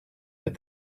that